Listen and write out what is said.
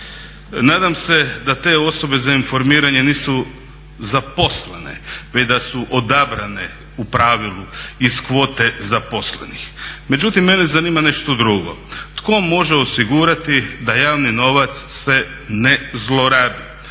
Nadam se da te osobe za informiranje nisu zaposlene, već da su odabrane u pravilu iz kvote zaposlenih. Međutim mene zanima nešto drugo, tko može osigurati da javni novac se ne zlorabi.